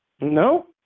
No